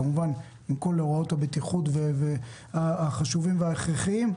כמובן עם כל הוראות הבטיחות החשובות וההכרחיות.